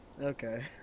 Okay